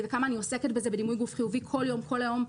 וכמה אני עוסקת בדימוי גוף חיובי כל יום כל היום.